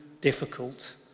difficult